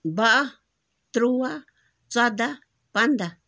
باہہ تُرٛوہ ژۄدہ پَنٛدَہ